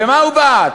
במה הוא בעט?